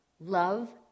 Love